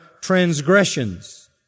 transgressions